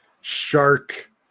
shark